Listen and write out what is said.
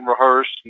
rehearsed